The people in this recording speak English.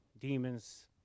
demons